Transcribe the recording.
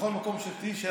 ובכל מקום שתהיי.